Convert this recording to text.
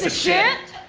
ah shit!